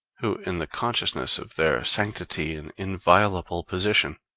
who in the consciousness of their sanctity and inviolable position,